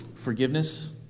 forgiveness